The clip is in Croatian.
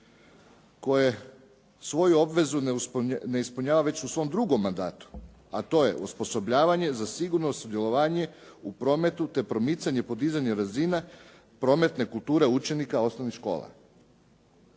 koje svoju obvezu ne ispunjava već u svom drugom mandatu, a to je osposobljavanje za sigurno sudjelovanje u prometu te promicanje podizanja razine prometne kulture učenika osnovnih škola.